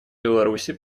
беларуси